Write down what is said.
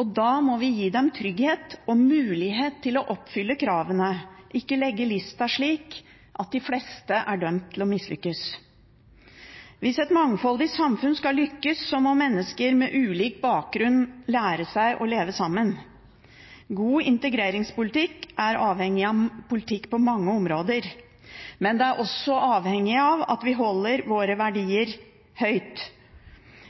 og da må vi gi dem trygghet og mulighet til å oppfylle kravene, ikke legge lista slik at de fleste er dømt til å mislykkes. Hvis et mangfoldig samfunn skal lykkes, må mennesker med ulik bakgrunn lære seg å leve sammen. God integreringspolitikk er avhengig av politikk på mange områder, men det er også avhengig av at vi holder våre verdier høyt.